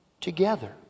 together